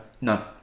No